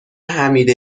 حمید